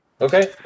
Okay